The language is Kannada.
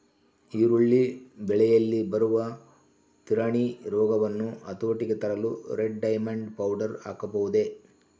ಈರುಳ್ಳಿ ಬೆಳೆಯಲ್ಲಿ ಬರುವ ತಿರಣಿ ರೋಗವನ್ನು ಹತೋಟಿಗೆ ತರಲು ರೆಡ್ ಡೈಮಂಡ್ ಪೌಡರ್ ಹಾಕಬಹುದೇ?